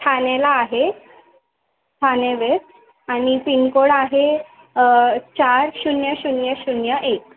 ठाणेला आहे ठाणे वेस्ट आणि pin code आहे चार शून्य शून्य शून्य एक